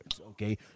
okay